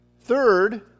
Third